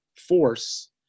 force